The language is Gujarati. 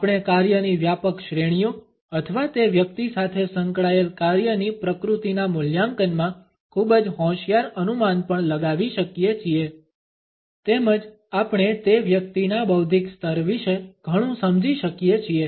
આપણે કાર્યની વ્યાપક શ્રેણીઓ અથવા તે વ્યક્તિ સાથે સંકળાયેલ કાર્યની પ્રકૃતિના મૂલ્યાંકનમાં ખૂબ જ હોંશિયાર અનુમાન પણ લગાવી શકીએ છીએ તેમજ આપણે તે વ્યક્તિના બૌદ્ધિક સ્તર વિશે ઘણું સમજી શકીએ છીએ